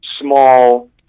small